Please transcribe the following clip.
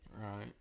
Right